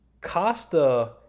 Costa